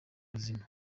buzima